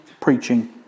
preaching